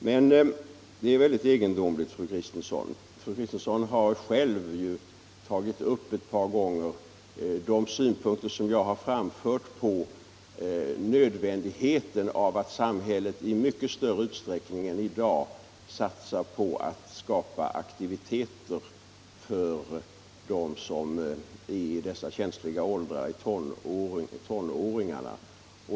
Men detta är mycket egendomligt, fru Kristensson. Fru Kristensson har själv ett par gånger tagit upp de synpunkter jag har framfört om nödvändigheten av att samhället i mycket större utsträckning än i dag satsar på att skapa aktiviteter för dem som är i dessa känsliga åldrar, dvs. tonåringarna.